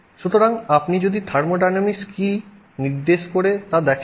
সুতরাং আপনি যদি থার্মোডাইনামিক্স কি নির্দেশ করে তা দেখেন